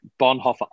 Bonhoeffer